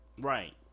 Right